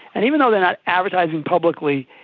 and even though they're not advertising publically,